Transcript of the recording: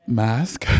mask